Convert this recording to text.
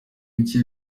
nshya